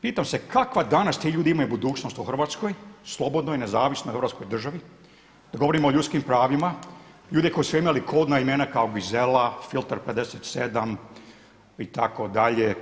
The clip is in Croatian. Pitam se kakvu danas ti ljudi imaju budućnost u Hrvatskoj, slobodnoj i nezavisnoj Hrvatskoj dužnosti, tu govorimo o ljudskim pravima, ljude koji su imali kodna imena kao Gizela, Filter 57 itd.